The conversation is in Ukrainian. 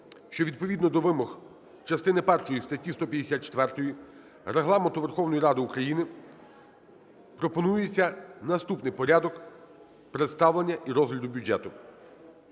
що відповідно до вимог частини першої статті 154 Регламенту Верховної Ради України пропонується наступний порядок представлення і розгляд бюджету.